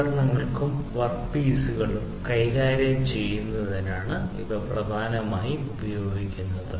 ഉപകരണങ്ങളും വർക്ക് പീസുകളും കൈകാര്യം ചെയ്യുന്നതിനാണ് ഇവ പ്രധാനമായും ഉപയോഗിക്കുന്നത്